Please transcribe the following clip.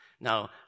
Now